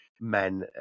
men